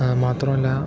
മാത്രമല്ല